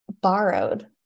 Borrowed